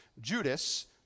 Judas